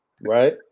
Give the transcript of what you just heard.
right